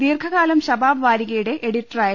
ദീർഘകാലം ശബാബ് വാരികയുടെ എഡിറ്ററായിരുന്നു